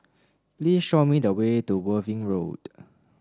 please show me the way to Worthing Road